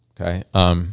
Okay